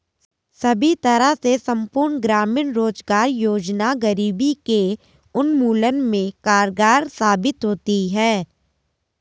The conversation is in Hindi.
सभी तरह से संपूर्ण ग्रामीण रोजगार योजना गरीबी के उन्मूलन में कारगर साबित होती है